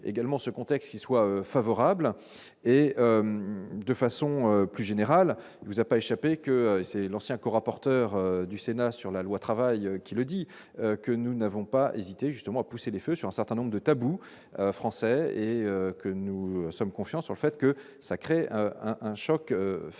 également ce contexte qui soit favorable et de façon plus générale vous a pas échappé que c'est l'ancien co-rapporteur du Sénat sur la loi travail qui le dit, que nous n'avons pas hésité justement à pousser les feux sur un certain nombre de tabous français et que nous sommes confiants sur le fait que ça crée un un choc favorable